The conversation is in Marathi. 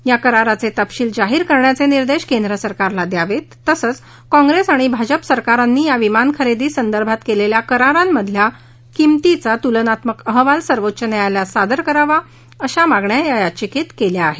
या कराराचे तपशील जाहीर करण्याचे निर्देश केंद्र सरकारला द्यावेत तसंच काँप्रेस आणि भाजप सरकारांनी या विमान खरेदी संदर्भात केलेल्या करारांमधल्या किमतीचा तुलनात्मक अहवाल सर्वोच्च न्यायालयाला सादर करावा अशा मागण्या या याचिकेत केल्या आहेत